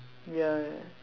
ya